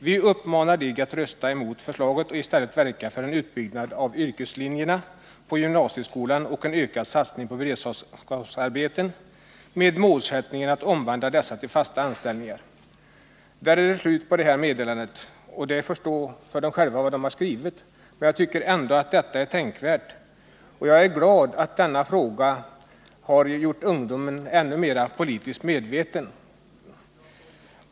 Vi uppmanar Dig att rösta emot förslaget och i stället verka för en utbyggnad av yrkeslinjerna på gymnasieskolan och en ökad satsning på beredskapsarbeten, med målsättningen att omvandla dessa till fasta anställningar.” Meddelandet får stå för dem som har skrivit det. Jag tycker ändå att detta är tänkvärt, och jag är glad att denna fråga har gjort ungdomen ännu mer politiskt medveten.